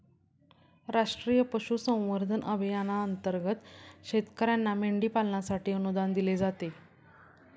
राष्ट्रीय पशुसंवर्धन अभियानांतर्गत शेतकर्यांना मेंढी पालनासाठी अनुदान दिले जाते